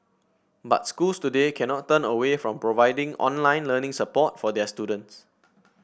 but schools today cannot turn away from providing online learning support for their students